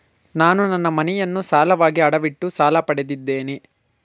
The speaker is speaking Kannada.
ನಾನು ನನ್ನ ಮನೆಯನ್ನು ಸಾಲವಾಗಿ ಅಡವಿಟ್ಟು ಸಾಲ ಪಡೆದಿದ್ದೇನೆ